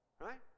Right